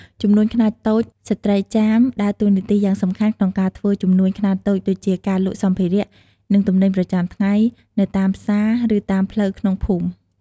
ជំនួញខ្នាតតូច ស្ត្រីចាមដើរតួនាទីយ៉ាងសំខាន់ក្នុងការធ្វើជំនួញខ្នាតតូច ដូចជា ការលក់សម្ភារៈ និងទំនិញប្រចាំថ្ងៃ នៅតាមផ្សារ ឬតាមផ្លូវក្នុងភូមិ។។